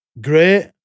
great